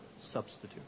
substitute